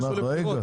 רגע.